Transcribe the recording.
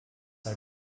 are